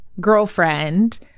girlfriend